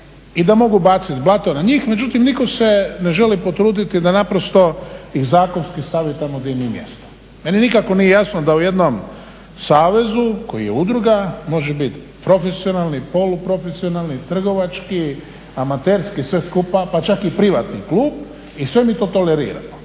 i da mogu baciti blato na njih. Međutim, nitko se ne želi potruditi da naprosto ih zakonski stavi tamo gdje im je mjesto. Meni nikako nije jasno da u jednom savezu koji je udruga može biti profesionalni, poluprofesionalni, trgovački, amaterski, sve skupa pa čak i privatni klub i sve mi to toleriramo.